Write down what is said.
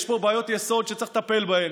יש פה בעיות יסוד שצריך לטפל בהן.